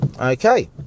Okay